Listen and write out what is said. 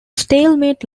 stalemate